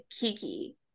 kiki